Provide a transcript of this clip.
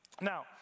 Now